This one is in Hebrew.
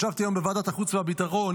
ישבתי היום בוועדת החוץ והביטחון,